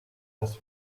das